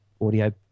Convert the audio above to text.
audio